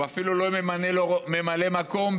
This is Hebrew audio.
הוא אפילו לא ממנה לו ממלא מקום,